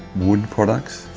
wood products,